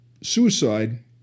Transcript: suicide